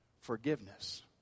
forgiveness